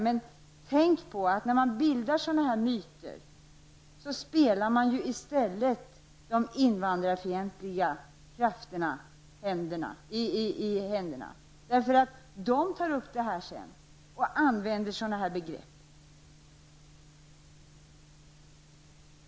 Men tänk på att när man bildar sådana myter, spelar man i stället de invandrarfientliga krafterna i händerna, eftersom de sedan tar upp detta och använder sådana begrepp.